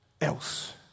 else